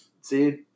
See